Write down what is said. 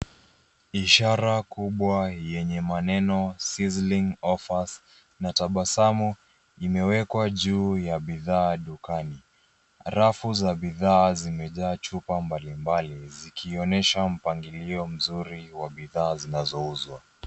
Ishara kubwa yenye maneno sizzling offers na tabasamu imewekwa juu ya bidhaa dukani. Rafu za bidhaa zimejaa chupa mbalimbali zikionyesha mpangilio mzuri wa bidhaa zinazouzwa.